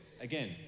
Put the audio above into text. again